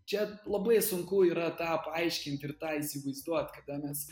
čia labai sunku yra tą paaiškint ir tą įsivaizduot kada mes